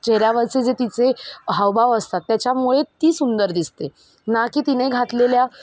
चेहऱ्यावरचे जे तिचे हावभाव असतात त्याच्यामुळे ती सुंदर दिसते ना की तिने घातलेल्या